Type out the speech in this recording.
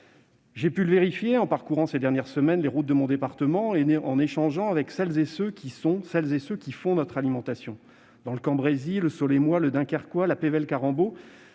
J'ai pu le vérifier en parcourant, ces dernières semaines, les routes de mon département et en échangeant avec celles et ceux qui font notre alimentation. Dans le Cambraisis, le Solesmois, le Dunkerquois ou la Pévèle Carembault,